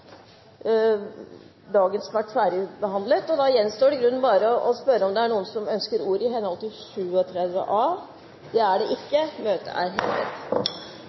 dagens kart ferdigbehandlet. Forlanger noen ordet i henhold til forretningsordenens § 37 a? – Møtet er hevet.